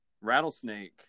Rattlesnake